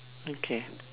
okay